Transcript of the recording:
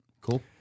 Cool